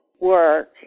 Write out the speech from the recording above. work